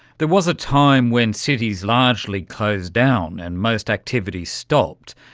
there was a time when cities largely closed down and most activity stopped.